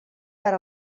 per